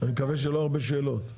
אני מקווה שלא הרבה שאלות.